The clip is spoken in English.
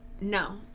No